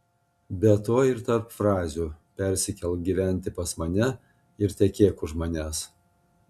be to ir tarp frazių persikelk gyventi pas mane ir tekėk už manęs